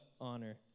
honor